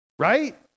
right